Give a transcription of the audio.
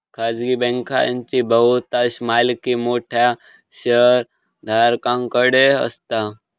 खाजगी बँकांची बहुतांश मालकी मोठ्या शेयरधारकांकडे असता